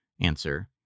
Answer